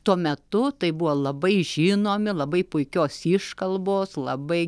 tuo metu tai buvo labai žinomi labai puikios iškalbos labai